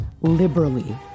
liberally